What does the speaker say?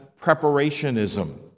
preparationism